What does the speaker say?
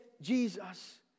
Jesus